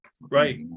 right